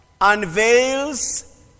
unveils